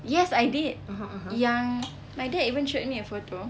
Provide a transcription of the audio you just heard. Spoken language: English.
yes I did yang my dad even showed me a photo